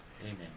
Amen